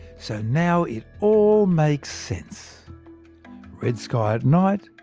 so now, it all makes sense red sky at night,